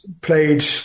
played